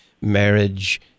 marriage